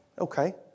Okay